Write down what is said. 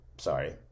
sorry